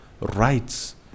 rights